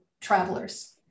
travelers